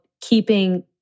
keeping